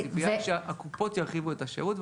הציפייה היא שהקופות ירחיבו את השירות,